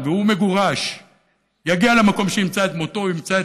והוא מגורש יגיע למקום שימצא בו את מותו,